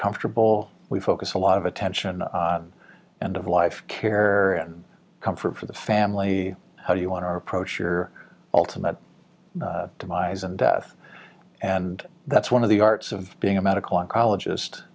comfortable we focus a lot of attention and of life care and comfort for the family how do you want to approach your ultimate demise and death and that's one of the arts of being a medical oncologist